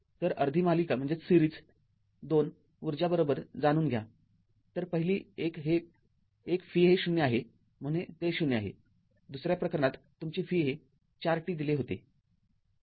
तर अर्धी मालिका २ ऊर्जा जाणून घ्या तर पहिली एक v हे ० आहे म्हणून ते ० आहे दुसऱ्या प्रकरणात तुमचे v हे ४t दिले होते